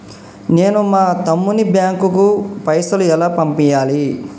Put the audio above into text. నేను మా తమ్ముని బ్యాంకుకు పైసలు ఎలా పంపియ్యాలి?